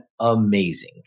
amazing